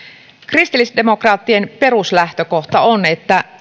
kristillisdemokraattien peruslähtökohta on että